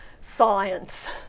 science